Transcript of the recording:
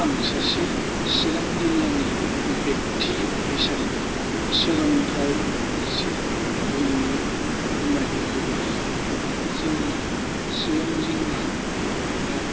आं सासे चिरां जिल्लानि बेखथि हिसाबै सोलोंथाइ फारसे बुंनो फोरमायनो लुगैयो जे जोंनि चिरां जिल्लायाव